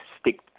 stick